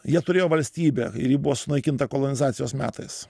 jie turėjo valstybę ir ji buvo sunaikinta kolonizacijos metais